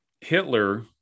Hitler